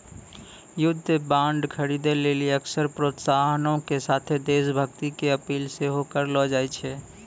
युद्ध बांड खरीदे लेली अक्सर प्रोत्साहनो के साथे देश भक्ति के अपील सेहो करलो जाय छै